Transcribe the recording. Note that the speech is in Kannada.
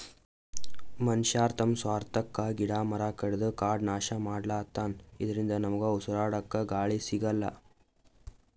ಮನಶ್ಯಾರ್ ತಮ್ಮ್ ಸ್ವಾರ್ಥಕ್ಕಾ ಗಿಡ ಮರ ಕಡದು ಕಾಡ್ ನಾಶ್ ಮಾಡ್ಲತನ್ ಇದರಿಂದ ನಮ್ಗ್ ಉಸ್ರಾಡಕ್ಕ್ ಗಾಳಿ ಸಿಗಲ್ಲ್